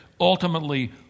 ultimately